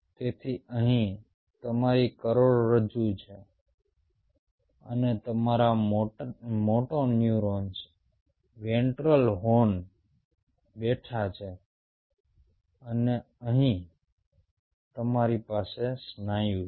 તેથી અહીં તમારી કરોડરજ્જુ છે અને તમારા મોટો ન્યુરોન્સ વેન્ટ્રલ હોર્નમાં બેઠા છે અને અહીં તમારી પાસે સ્નાયુ છે